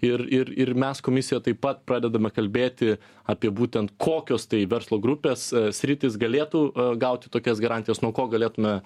ir ir ir mes komisija taip pat pradedame kalbėti apie būtent kokios tai verslo grupės sritys galėtų gauti tokias garantijas nuo ko galėtume